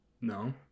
No